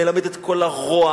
מלמד את כל הרוע,